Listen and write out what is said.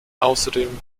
außerdem